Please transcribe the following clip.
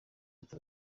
ati